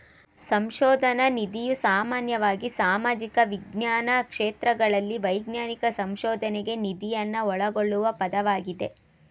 ಸಂಶೋಧನ ನಿಧಿಯು ಸಾಮಾನ್ಯವಾಗಿ ಸಾಮಾಜಿಕ ವಿಜ್ಞಾನ ಕ್ಷೇತ್ರಗಳಲ್ಲಿ ವೈಜ್ಞಾನಿಕ ಸಂಶೋಧನ್ಗೆ ನಿಧಿಯನ್ನ ಒಳಗೊಳ್ಳುವ ಪದವಾಗಿದೆ